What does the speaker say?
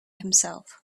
himself